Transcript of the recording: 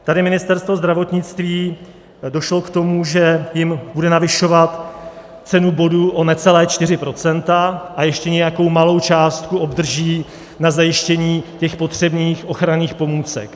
Tady Ministerstvo zdravotnictví došlo k tomu, že jim bude navyšovat cenu bodu o necelá 4 % a ještě nějakou malou částku obdrží na zajištění potřebných ochranných pomůcek.